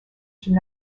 should